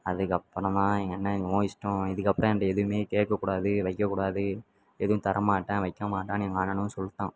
அதுக்கப்புறந்தான் எங்கள் அண்ணன் உன் இஷ்டம் இதுக்கப்புறம் என்கிட்ட எதுவுமே கேட்கக்கூடாது வைக்கக்கூடாது எதுவும் தர மாட்டேன் வைக்க மாட்டேன்னு எங்கள் அண்ணனும் சொல்லிட்டான்